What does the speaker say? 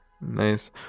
Nice